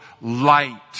light